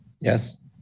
Yes